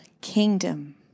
kingdom